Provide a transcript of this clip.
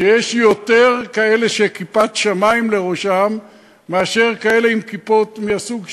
שיש יותר כאלה שכיפת שמים לראשם מאשר כאלה עם כיפות מהסוג שלי,